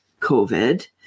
covid